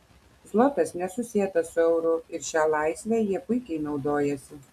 zlotas nesusietas su euru ir šia laisve jie puikiai naudojasi